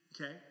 okay